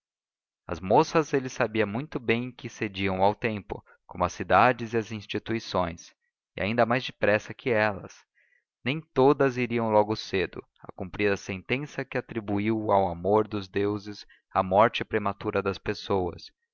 as moças ele sabia muito bem que cediam ao tempo como as cidades e as instituições e ainda mais depressa que elas nem todas iriam logo cedo a cumprir a sentença que atribui ao amor dos deuses a morte prematura das pessoas